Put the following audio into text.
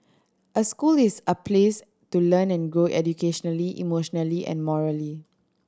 a school is a place to learn and grow educationally emotionally and morally